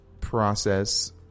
process